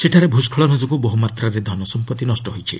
ସେଠାରେ ଭ୍ରସ୍କଳନ ଯୋଗୁଁ ବହୁମାତ୍ରାରେ ଧନସମ୍ପତ୍ତି ନଷ୍ଟ ହୋଇଛି